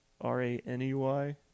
r-a-n-e-y